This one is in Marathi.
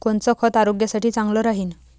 कोनचं खत आरोग्यासाठी चांगलं राहीन?